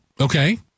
okay